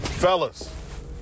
Fellas